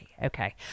Okay